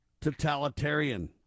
totalitarian